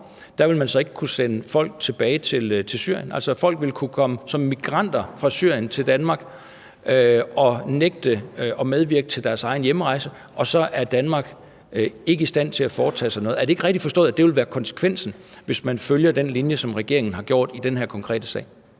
år vil man ikke kunne sende folk tilbage til Syrien. Folk vil kunne komme som migranter fra Syrien til Danmark og nægte at medvirke til deres egen hjemrejse, og så er Danmark ikke i stand til at foretage sig noget. Er det ikke rigtigt forstået, at det vil være konsekvensen, hvis man følger den linje, som regeringen har gjort i den her konkrete sag?